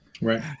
right